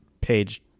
page